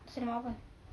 nasi lemak apa